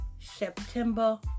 September